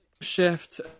shift